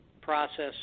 process